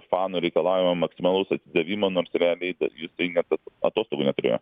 fanų reikalaujama maksimalaus atsidavimo nors realiai jis tai net at atostogų neturėjo